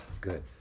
good